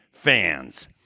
Fans